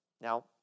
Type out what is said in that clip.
Now